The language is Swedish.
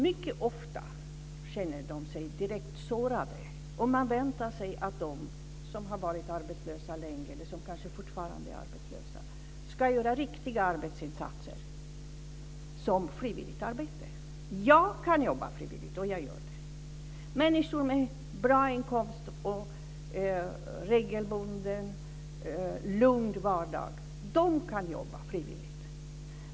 Mycket ofta känner de sig direkt sårade om man väntar sig att de som har varit arbetslösa länge, eller som kanske fortfarande är arbetslösa, ska göra riktiga arbetsinsatser som frivilligt arbete. Jag kan jobba frivilligt, och jag gör det. Människor med bra inkomst och regelbunden, lugn vardag kan jobba frivilligt.